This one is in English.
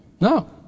No